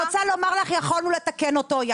יכולנו לתקן אותו.